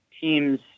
teams